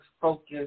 focus